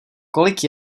kolik